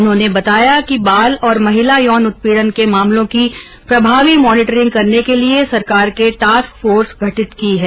उन्होंने बताया कि बाल और महिला यौन उत्पीडन के मामलों की प्रभावी मॉनिटरिंग के लिए सरकार के टॉस्क फॉर्स गठित की है